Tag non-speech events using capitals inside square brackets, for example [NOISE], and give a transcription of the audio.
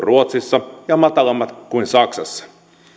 [UNINTELLIGIBLE] ruotsissa ja matalammat kuin saksassa